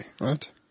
right